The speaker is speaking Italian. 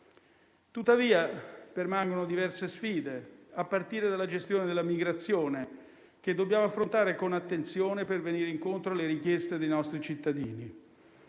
Tuttavia, permangono diverse sfide, a partire dalla gestione della migrazione, che dobbiamo affrontare con attenzione per andare incontro alle richieste dei nostri cittadini.